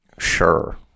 sure